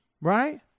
right